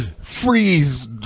freeze